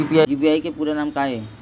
UPI के पूरा नाम का ये?